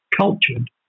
cultured